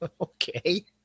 Okay